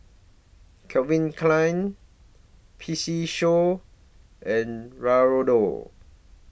Calvin Klein P C Show and Raoul